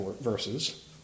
verses